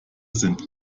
sind